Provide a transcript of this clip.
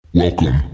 Welcome